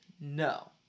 no